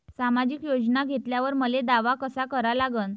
सामाजिक योजना घेतल्यावर मले दावा कसा करा लागन?